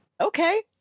Okay